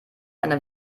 eine